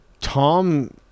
Tom